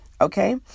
Okay